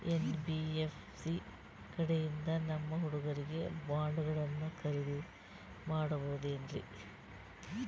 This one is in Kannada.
ಎನ್.ಬಿ.ಎಫ್.ಸಿ ಕಡೆಯಿಂದ ನಮ್ಮ ಹುಡುಗರಿಗೆ ಬಾಂಡ್ ಗಳನ್ನು ಖರೀದಿದ ಮಾಡಬಹುದೇನ್ರಿ?